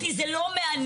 אותי זה לא מעניין,